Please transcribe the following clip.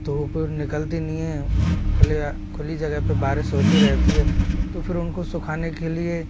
धूप निकलती नहीं हैं खुले या खुली जगह पर बारिश होती रहती है तो फिर उनको सुखाने के लिए